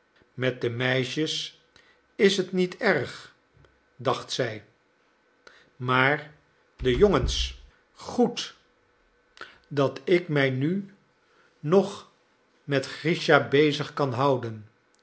met de meisjes is het niet erg dacht zij maar de jongens goed dat ik mij nu nog met grischa bezig kan houden